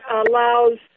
allows